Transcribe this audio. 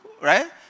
right